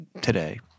today